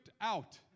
out